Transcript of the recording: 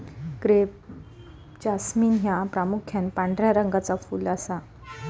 crape jasmine ह्या प्रामुख्यान पांढऱ्या रंगाचा फुल असा